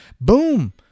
Boom